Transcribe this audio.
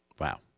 Wow